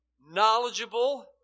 knowledgeable